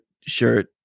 shirt